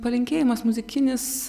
palinkėjimas muzikinis